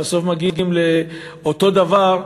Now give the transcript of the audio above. ובסוף מגיעים לאותו דבר,